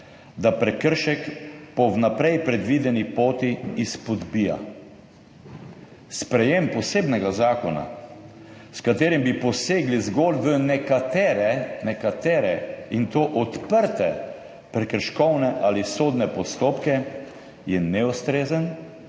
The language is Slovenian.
da prekršek po vnaprej predvideni poti izpodbija. Sprejetje posebnega zakona, s katerim bi posegli zgolj v nekatere, nekatere, in to odprte prekrškovne ali sodne postopke, je neustrezen